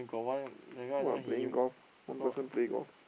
!wah! playing golf one person play golf